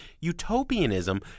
utopianism